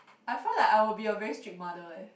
I find that I will be a very strict mother eh